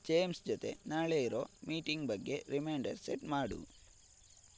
James ಜೊತೆ ನಾಳೆ ಇರೊ ಮೀಟಿಂಗ್ ಬಗ್ಗೆ ರಿಮೈಂಡರ್ ಸೆಟ್ ಮಾಡು